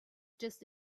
just